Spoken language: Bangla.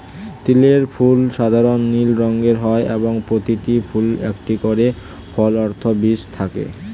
তিলের ফুল সাধারণ নীল রঙের হয় এবং প্রতিটি ফুলে একটি করে ফল অর্থাৎ বীজ থাকে